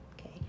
okay